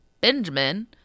Benjamin